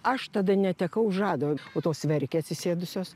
aš tada netekau žado o tos verkia atsisėdusios